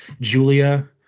Julia